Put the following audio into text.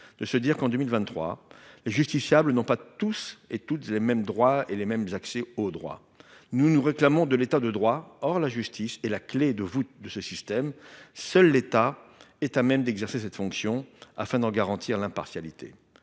de se dire, en 2023, que les justiciables n'ont pas tous et toutes les mêmes droits et les mêmes accès au droit. Nous nous réclamons de l'État de droit. Or la justice est la clé de voûte de ce système. L'État, seul, est à même d'exercer cette fonction, afin d'en garantir l'impartialité.